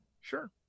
sure